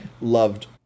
loved